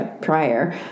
prior